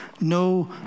no